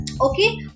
Okay